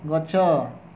ଗଛ